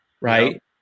right